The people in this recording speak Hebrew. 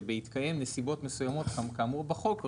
שבהתקיים נסיבות מסוימות כאמור בחוק,